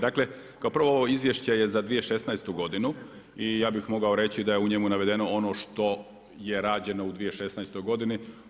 Dakle, kao prvo ovo izvješće je za 2016. godinu i ja bih mogao reći da je u njemu navedeno ono što je rađeno u 2016. godini.